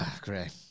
Great